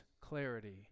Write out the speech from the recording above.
clarity